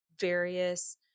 various